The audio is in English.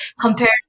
compared